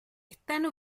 está